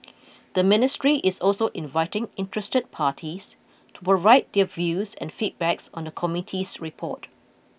the ministry is also inviting interested parties to provide their views and feedbacks on the committee's report